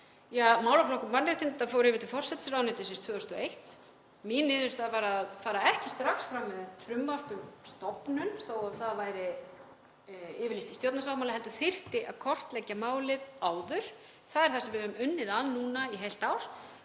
málaflokkur mannréttinda fór yfir til forsætisráðuneytisins 2021. Mín niðurstaða var að fara ekki strax fram með frumvarp um stofnun þó að það væri yfirlýst í stjórnarsáttmála heldur þyrfti að kortleggja málið áður. Það er það sem við höfum unnið að núna í heilt ár,